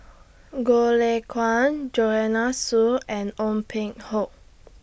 Goh Lay Kuan Joanne Soo and Ong Peng Hock